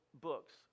books